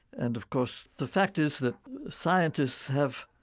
and, of course, the fact is that scientists have,